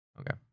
Okay